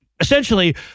Essentially